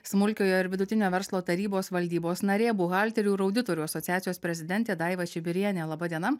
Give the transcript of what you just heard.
smulkiojo ir vidutinio verslo tarybos valdybos narė buhalterių ir auditorių asociacijos prezidentė daiva čibirienė laba diena